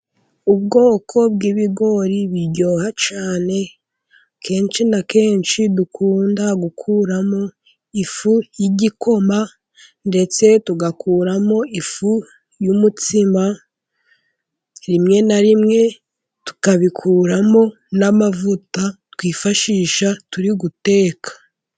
Ubwoko bw'ibigori biryoha cyane, kenshi na kenshi dukunda gukuramo ifu y'igikoma, ndetse tugakuramo ifu y'umutsima. Rimwe na rimwe tukabikuramo n'amavuta twifashisha turi guteka.